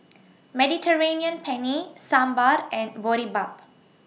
Mediterranean Penne Sambar and Boribap